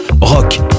Rock